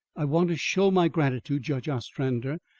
i want to show my gratitude, judge ostrander,